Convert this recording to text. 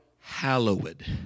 hallowed